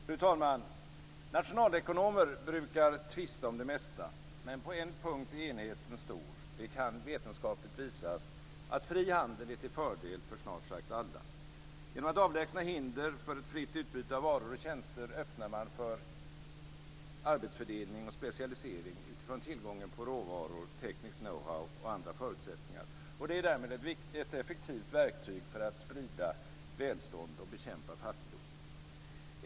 Fru talman! Nationalekonomer brukar tvista om det mesta. Men på en punkt är enigheten stor - det kan vetenskapligt visas att fri handel är till fördel för snart sagt alla. Genom att avlägsna hinder för ett fritt utbyte av varor och tjänster öppnar man för arbetsfördelning och specialisering utifrån tillgången på råvaror, teknisk know-how och andra förutsättningar. Därmed är det ett effektivt verktyg för att sprida välstånd och bekämpa fattigdom.